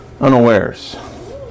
unawares